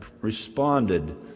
responded